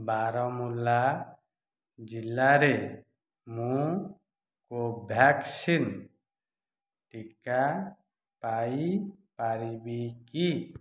ବାରମୁଲ୍ଲା ଜିଲ୍ଲାରେ ମୁଁ କୋଭ୍ୟାକ୍ସିନ୍ ଟିକା ପାଇପାରିବି କି